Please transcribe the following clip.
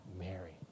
Mary